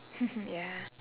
ya